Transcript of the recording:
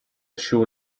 show